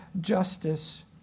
justice